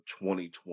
2020